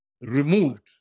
removed